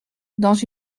dans